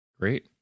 great